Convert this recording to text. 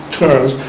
turns